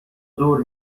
دور